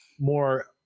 more